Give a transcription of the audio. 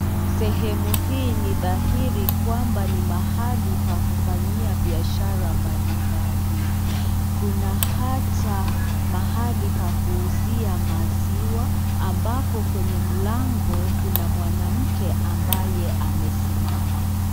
Sehemu hii ni dhahiri kwamba ni mahali pa kufanyia biashara mbalimbali. Kuna hata mahali pa kuuzia maziwa ambapo kwenye mlango kuna mwanamke ambaye amesimama.